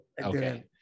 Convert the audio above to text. Okay